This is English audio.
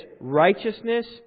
righteousness